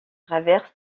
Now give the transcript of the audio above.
traverse